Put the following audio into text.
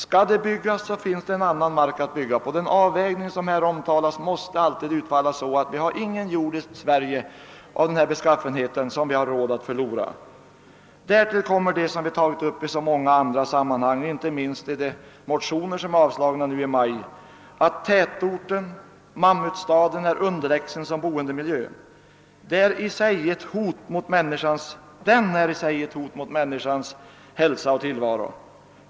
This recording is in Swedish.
Skall vi bygga, så finns det annan mark att bygga på. Den avvägning som det här talas om i svaret måste utfalla så att vi här i landet inte har någon jord av denna beskaffenhet som vi har råd att förlora. Härtill kommer vad vi i så många andra sammanhang har tagit upp, inte minst i motioner som avslagits av riksdagen under denna månad, nämligen att tätorten, mammutstaden, är underlägsen som boendemiljö. Den är i sig ett hot mot människans hälsa och tillvaro.